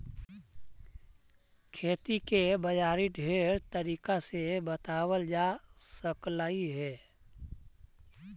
खेती के बाजारी ढेर तरीका से बताबल जा सकलाई हे